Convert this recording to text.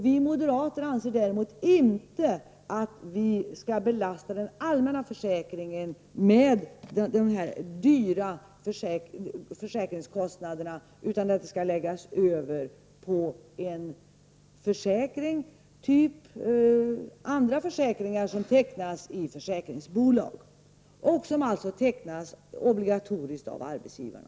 Vi moderater anser däremot inte att den allmänna försäkringen skall belastas med dessa dyra försäkringskostnader, utan de skall läggas över på en försäkring av den typ som tecknas i försäkringsbolag och som alltså tecknas obligatoriskt av arbetsgivarna.